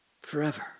forever